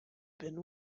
been